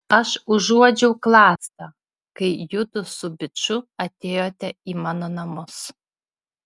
aš užuodžiau klastą kai judu su biču atėjote į mano namus